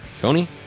Tony